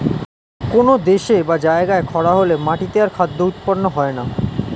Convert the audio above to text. কোন দেশে বা জায়গায় খরা হলে মাটিতে আর খাদ্য উৎপন্ন হয় না